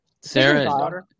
Sarah